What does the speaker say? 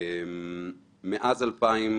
מאז 2003